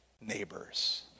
neighbors